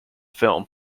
film